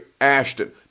Ashton